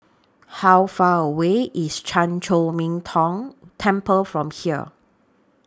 How Far away IS Chan Chor Min Tong Temple from here